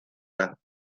las